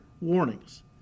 warnings